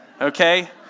Okay